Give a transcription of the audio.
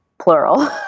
plural